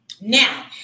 Now